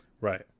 Right